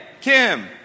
Kim